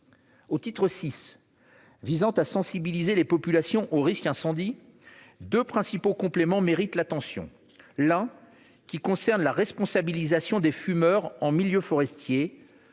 Au titre VI visant à sensibiliser les populations au risque incendie, deux principaux apports méritent l'attention : d'une part, afin de responsabiliser les fumeurs en milieu forestier,